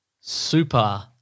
Super